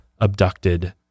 abducted